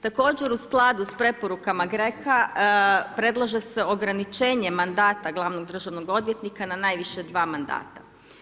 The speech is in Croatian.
Također u skladu sa preporukama GRECA predlaže se ograničenje mandata glavnog državnog odvjetnika na najviše dva mandata.